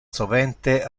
sovente